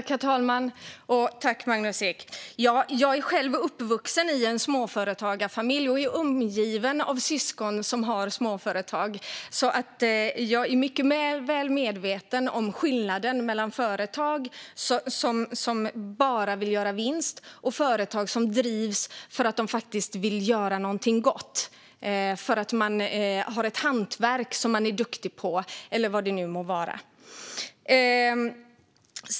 Herr talman och Magnus Ek! Jag är själv uppvuxen i en småföretagarfamilj och omgiven av syskon som har småföretag, så jag är mycket väl medveten om skillnaden mellan företag som bara vill göra vinst och företag som drivs för att de vill göra någonting gott. Man kanske har ett hantverk som man är duktig på eller vad det nu må vara.